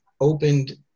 opened